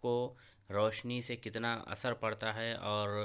کو روشنی سے کتنا اثر پڑتا ہے اور